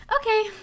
Okay